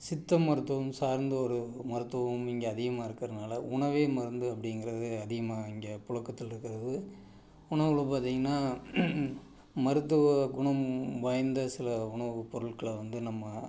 சித்த மருத்துவம் சார்ந்த ஒரு மருத்துவம் இங்கே அதிகமாக இருக்கிறதுனால உணவே மருந்து அப்படிங்கிறது அதிகமாக இங்கே புழக்கத்தில் இருக்கிறது உணவில் பார்த்திங்கன்னா மருத்துவ குணம் வாய்ந்த சில உணவு பொருள்களை வந்து நம்ம